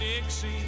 Dixie